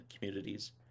communities